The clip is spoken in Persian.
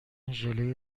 ژله